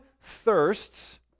thirsts